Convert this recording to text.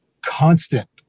constant